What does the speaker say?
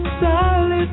solid